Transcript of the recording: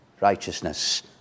righteousness